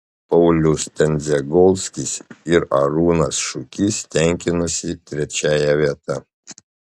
paulius tendzegolskis ir arūnas šukys tenkinosi trečiąja vieta